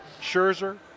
Scherzer